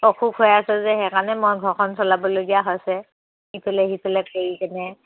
অসুখ হৈ আছে যে সেইকাৰণে মই ঘৰখন চলাবলগীয়া হৈছে ইফালে সিফালে কৰি কিনে